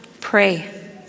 pray